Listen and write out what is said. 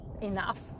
enough